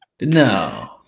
no